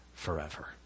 forever